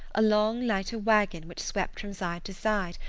a long leiter-wagon which swept from side to side,